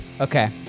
Okay